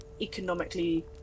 economically